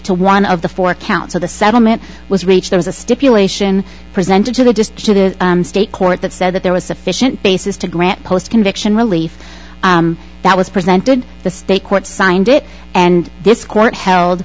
to one of the four counts of the settlement was reached there was a stipulation presented to the state court that said that there was sufficient basis to grant post conviction relief that was presented the state court signed it and this court held